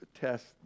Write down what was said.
test